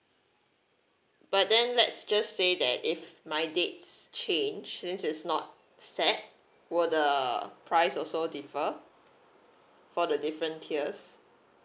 but then let's just say that if my dates change since is not set will the price also differ for the different tiers